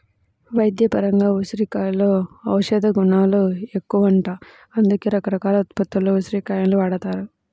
వైద్యపరంగా ఉసిరికలో ఔషధగుణాలెక్కువంట, అందుకే రకరకాల ఉత్పత్తుల్లో ఉసిరి కాయలను వాడతారు